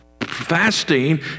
Fasting